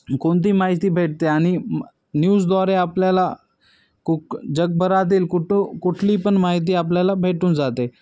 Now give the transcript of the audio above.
कोणती माहिती भेटते आणि न्यूजद्वारे आपल्याला कुक जगभरातील कुठं कुठलीपण माहिती आपल्याला भेटून जाते